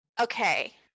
Okay